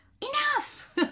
Enough